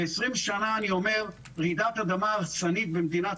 20 שנה אני אומר: רעידת אדמה הרסנית במדינת